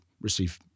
receive